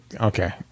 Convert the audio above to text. okay